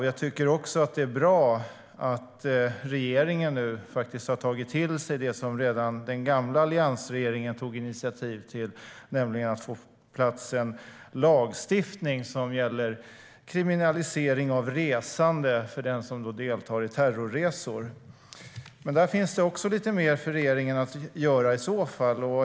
Jag tycker också att det är bra att regeringen har tagit till sig vad den gamla alliansregeringen tog initiativ till, nämligen att få på plats en lagstiftning som gäller kriminalisering av dem som deltar i terrorresor. Men där finns det lite mer för regeringen att göra.